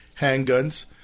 handguns